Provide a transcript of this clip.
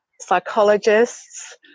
psychologists